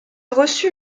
reçut